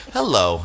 Hello